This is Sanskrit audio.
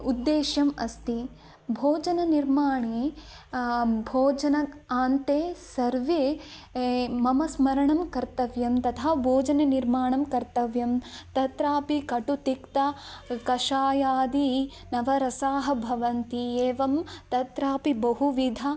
उद्धेशः अस्ति भोजननिर्माणे भोजनान्ते सर्वे मम स्मरणं कर्तव्यं तथा भोजननिर्माणं कर्तव्यं तत्रापि कटुतिक्त कषायादिनवरसाः भवन्ति एवं तत्रापि बहुविध